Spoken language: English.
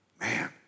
man